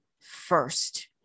first